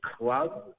club